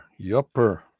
Yupper